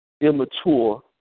immature